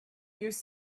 use